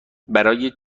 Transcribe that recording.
برای